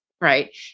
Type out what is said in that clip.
right